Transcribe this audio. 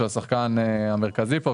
שהוא השחקן המרכזי פה,